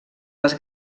les